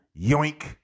yoink